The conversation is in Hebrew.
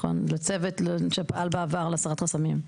לצוות שפעל בעבר להסרת חסמים.